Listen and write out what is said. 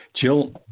Jill